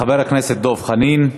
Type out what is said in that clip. חבר הכנסת דב חנין,